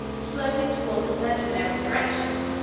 sloping toward the center in every direction,